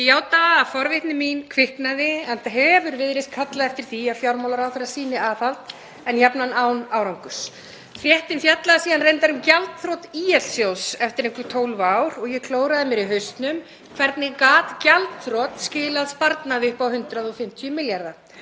Ég játa að forvitni mín kviknaði enda hefur verið kallað eftir því að fjármálaráðherra sýni aðhald, en jafnan án árangurs. Fréttin fjallar síðan reyndar um gjaldþrot ÍL-sjóðs eftir einhver 12 ár. Ég klóraði mér í hausnum: Hvernig gat gjaldþrot skilað sparnaði upp á 150 milljarða?